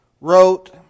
wrote